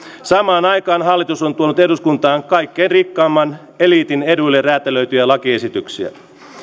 samaan aikaan hallitus on tuonut eduskuntaan kaikkein rikkaimman eliitin eduille räätälöityjä lakiesityksiä